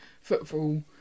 footfall